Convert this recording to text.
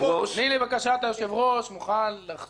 לבקשת היושב-ראש אני מוכן לחזור בי